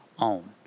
own